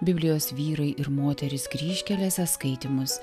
biblijos vyrai ir moterys kryžkelėse skaitymus